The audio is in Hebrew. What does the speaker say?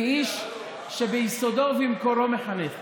כאיש שביסודו ובמקורו מחנך,